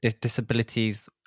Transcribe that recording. disabilities